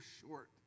short